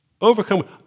Overcome